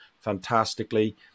fantastically